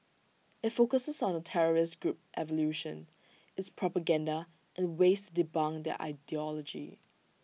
IT focuses on the terrorist group's evolution its propaganda and ways to debunk their ideology